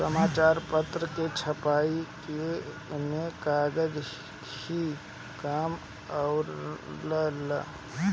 समाचार पत्र के छपाई में कागज ही काम आवेला